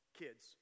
kids